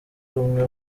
rumwe